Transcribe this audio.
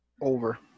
over